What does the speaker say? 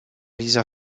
dieser